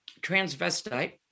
transvestite